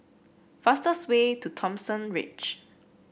fastest way to Thomson Ridge